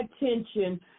attention